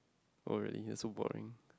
oh really you so boring